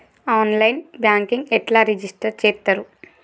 On line banking ఎట్లా register చేత్తరు?